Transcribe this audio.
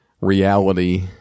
reality